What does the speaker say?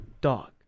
Dog